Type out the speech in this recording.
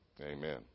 amen